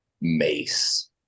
Mace